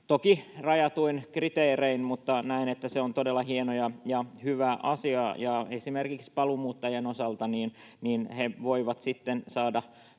toki rajatuin kriteerein, mutta näen, että se on todella hieno ja hyvä asia, ja esimerkiksi paluumuuttajien osalta he voivat sitten